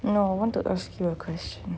no I want to ask you a question